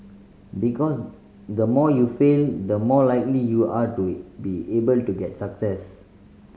because the more you fail the more likely you are to be able to get success